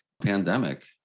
pandemic